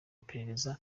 iperereza